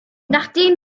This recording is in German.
nachdem